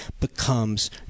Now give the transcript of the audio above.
becomes